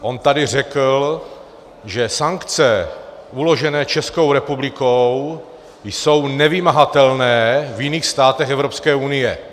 On tady řekl, že sankce uložené Českou republikou jsou nevymahatelné v jiných státech Evropské unie.